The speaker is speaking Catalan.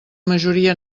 majoria